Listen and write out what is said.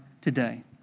today